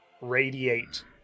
radiate